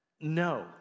no